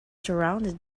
surrounded